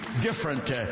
different